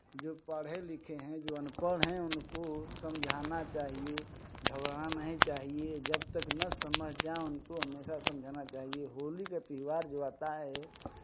जो पढ़े लिखे हैं जो अनपढ़ हैं उनको समझाना चाहिए घबराना नहीं चाहिए जब तक ना समझ जाएं उनको हमेशा समझाना चाहिए होली का त्योहार जो आता है